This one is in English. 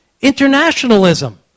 internationalism